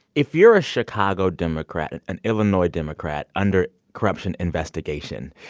if you're a chicago democrat and an illinois democrat under corruption investigation,